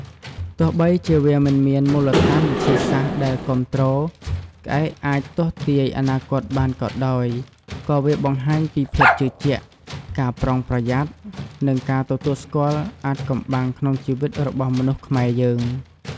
ទោះបីជាវាមិនមានមូលដ្ឋានវិទ្យាសាស្ត្រដែលគាំទ្រ ក្អែកអាចទស្សន៍ទាយអនាគតបានក៏ដោយ, ក៏វាបង្ហាញពីភាពជឿជាក់, ការប្រុងប្រយ័ត្ន និងការទទួលស្គាល់អាថ៌កំបាំងក្នុងជីវិតរបស់មនុស្សខ្មែរយើង។